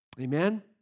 Amen